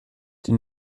die